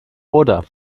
oder